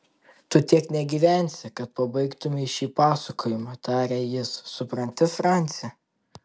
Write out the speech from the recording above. tu tiek negyvensi kad pabaigtumei šį pasakojimą tarė jis supranti franci